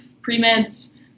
pre-meds